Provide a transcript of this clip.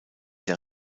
der